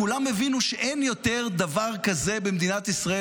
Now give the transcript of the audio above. כולם הבינו שאין יותר דבר כזה במדינת ישראל,